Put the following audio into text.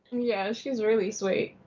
yeah, she was really sweet.